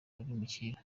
abimukira